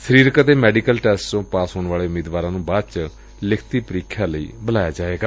ਸਰੀਰਕ ਅਤੇ medical test ਚੋ ਪਾਸ ਹੋਣ ਵਾਲੇ ਉਮੀਦਵਾਰਾਂ ਨੂੰ ਬਾਅਦ ਚ ਲਿਖਤੀ ਪ੍ੀਖਿਆ ਲਈ ਬੁਲਾਇਆ ਜਾਏਗਾ